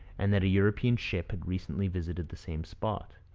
and that a european ship had recently visited the same spot.